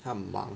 他很忙